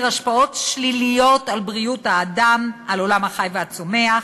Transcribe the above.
השפעות שליליות על בריאות האדם ועל עולם החי והצומח.